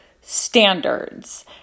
standards